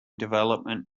development